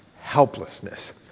helplessness